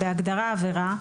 בהגדרה "עבירה",